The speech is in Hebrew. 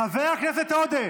חבר הכנסת עודה,